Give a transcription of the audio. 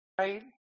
right